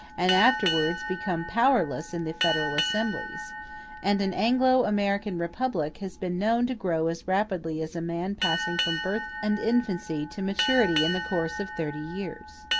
and afterwards become powerless in the federal assemblies and an anglo-american republic has been known to grow as rapidly as a man passing from birth and infancy to maturity in the course of thirty years.